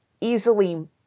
easily